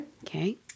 Okay